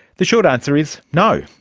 the short answer is no.